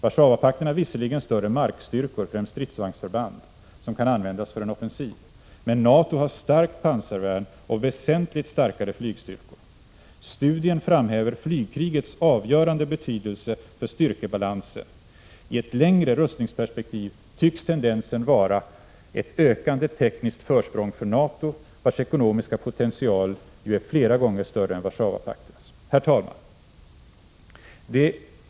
Warszawapakten har visserligen större markstyrkor, främst stridsvagnsförband, som kan användas för en offensiv, men NATO har starkt pansarvärn och väsentligt starkare flygstyrkor. Studien framhäver flygkrigets avgörande betydelse för styrkebalansen. I ett längre rustningsperspektiv tycks tendensen vara ett ökande tekniskt försprång för NATO, vars ekonomiska potential ju är flera gånger större än Warszawapaktens. Herr talman!